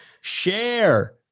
Share